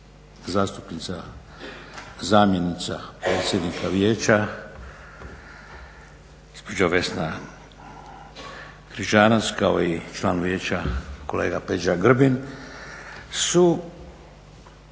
zastupnica, zamjenica predsjednika vijeća gospođa Vesna Križanac kao i član vijeća kolega Peđa Grbin su